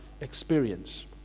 experience